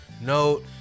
note